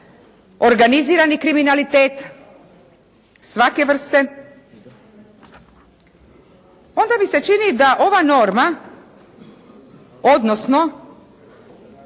organizirani kriminalitet svake vrste onda mi se čini da ova norma, odnosno